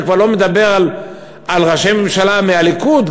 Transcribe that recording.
אני כבר לא מדבר על ראשי ממשלה מהליכוד,